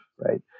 right